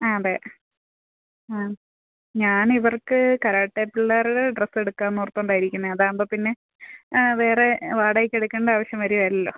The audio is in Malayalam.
ആ അതെ ആ ഞാൻ ഇവർക്ക് കരാട്ടെ പിള്ളേരുടെ ഡ്രെസ്സ് എടുക്കാമെന്ന് ഓർത്തു കൊണ്ടാണ് ഇരിക്കുന്നത് അതാകുമ്പം പിന്നെ വേറെ വാടകയ്ക്ക് എടുക്കേണ്ട ആവശ്യം വരുകയില്ലല്ലോ